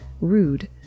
rude